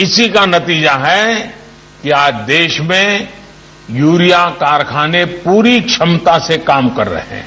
इसी का नतीजा है कि आज देश में यूरिया कारखाने पूरी क्षमता से काम कर रहे है